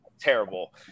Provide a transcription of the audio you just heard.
Terrible